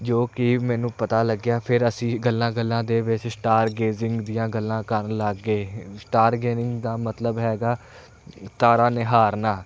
ਜੋ ਕਿ ਮੈਨੂੰ ਪਤਾ ਲੱਗਿਆ ਫਿਰ ਅਸੀਂ ਗੱਲਾਂ ਗੱਲਾਂ ਦੇ ਵਿੱਚ ਸਟਾਰਗੇਜਿੰਗ ਦੀਆਂ ਗੱਲਾਂ ਕਰਨ ਲੱਗ ਗਏ ਸਟਾਰਗੇਨਿਗ ਦਾ ਮਤਲਬ ਹੈਗਾ ਤਾਰਾ ਨਿਹਾਰਨਾ